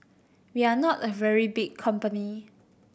we are not a very big company